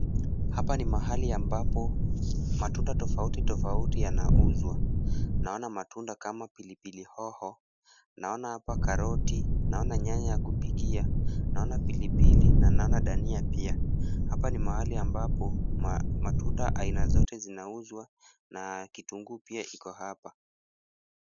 Hapa ni mahali ambapo matunda tofauti tofauti yanauzwa. Naona matunda kama pilipili hoho, naona hapa karoti, naona nyanya ya kupikia, naona pilipili na naona dania pia. Hapa ni mahali ambapo matunda aina zote zinauzwa na kitunguu pia iko hapa.